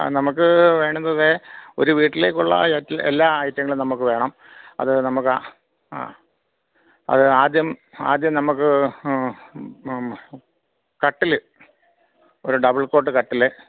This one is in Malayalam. ആ നമുക്ക് വേണ്ടുന്നത് ഒരു വീട്ടിലേക്കുള്ള എല്ലാ ഐറ്റങ്ങളും നമുക്ക് വേണം അത് നമുക്ക് ആ അത് ആദ്യം ആദ്യം നമുക്ക് കട്ടിൽ ഒരു ഡബിൾ കോട്ട് കട്ടിൽ